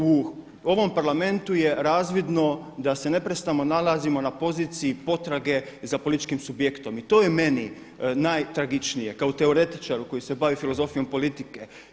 U ovom Parlamentu je razvidno da se neprestano nalazimo na poziciji potrage za političkim subjektom i to je meni najtragičnije kao teoretičaru koji se bavi filozofijom politike.